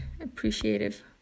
appreciative